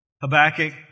Habakkuk